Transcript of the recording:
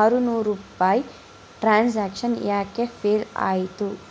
ಆರು ನೂರು ರೂಪಾಯಿ ಟ್ರಾನ್ಸಾಕ್ಷನ್ ಯಾಕೆ ಫೇಲ್ ಆಯಿತು